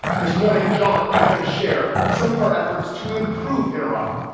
this morning, jon is going to share some of our efforts to improve interop,